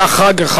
היה חג הפסח.